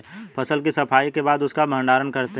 फसल की सफाई के बाद उसका भण्डारण करते हैं